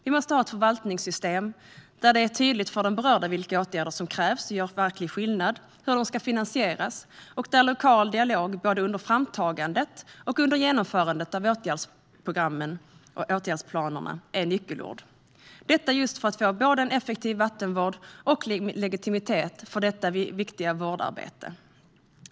Vi måste ha ett förvaltningssystem där det är tydligt för de berörda vilka åtgärder som krävs och gör verklig skillnad och hur de ska finansieras och där lokal dialog både under framtagandet och under genomförandet av åtgärdsplanerna är nyckelord - detta just för att få både en effektiv vattenvård och en legitimitet för detta viktiga vårdarbete.